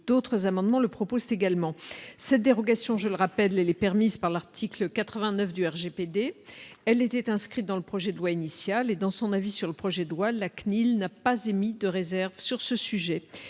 d'autres amendements le proposer également cette dérogation, je le rappelle, elle est permise par l'article 89 du RGPD elle était inscrite dans le projet de loi initial et dans son avis sur le projet de loi, la CNIL n'a pas émis de réserves sur ce sujet,